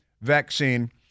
vaccine